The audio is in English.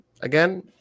again